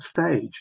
stage